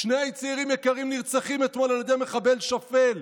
שני צעירים יקרים נרצחים אתמול על ידי מחבל שפל,